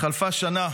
חלפה שנה